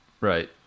Right